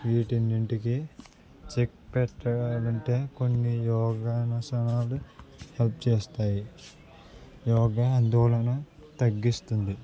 వీటి అన్నింటికి చెక్ పెట్టాలి అంటే కొన్ని యోగాసనాలు హెల్ప్ చేస్తాయి యోగా ఆందోళన తగ్గిస్తుంది